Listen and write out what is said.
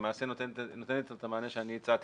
למעשה נותן את המענה שאני הצעתי.